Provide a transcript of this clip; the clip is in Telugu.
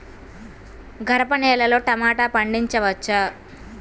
గరపనేలలో టమాటా పండించవచ్చా?